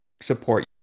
support